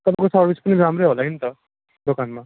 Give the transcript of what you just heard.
तपाईँको सर्भिस पनि राम्रै होला नि त दोकानमा